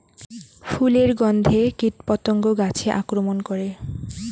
ফুলের গণ্ধে কীটপতঙ্গ গাছে আক্রমণ করে?